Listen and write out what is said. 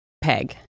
peg